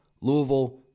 Louisville